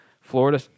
Florida